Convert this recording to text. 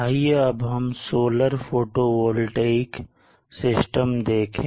आइए अब हम सोलर फोटोवॉल्टिक सिस्टम देखें